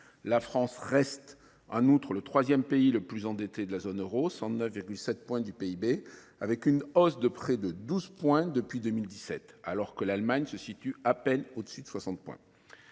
La France reste en outre le troisième pays le plus endetté de la zone euro – 109,7 points du PIB –, avec une dette en hausse de près de 12 points depuis 2017, quand la dette de l’Allemagne se situe à peine au dessus des 60 points.